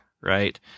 right